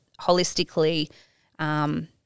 holistically